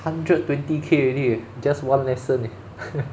hundred twenty K already just one lesson eh